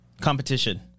competition